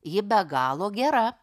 ji be galo gera